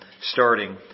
starting